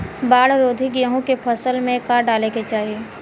बाढ़ रोधी गेहूँ के फसल में का डाले के चाही?